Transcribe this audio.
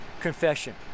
confession